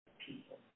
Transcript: people